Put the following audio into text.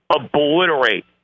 obliterate